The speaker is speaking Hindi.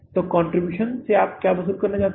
तो कंट्रीब्यूशन से आप क्या वसूल करना चाहते हैं